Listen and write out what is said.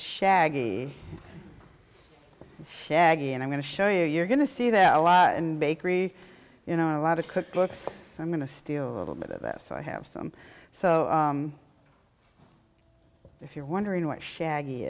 shaggy shaggy and i'm going to show you you're going to see that a lot and bakery you know a lot of cookbooks i'm going to steal a little bit of that so i have some so if you're wondering why shaggy